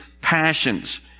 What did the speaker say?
passions